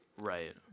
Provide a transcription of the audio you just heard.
right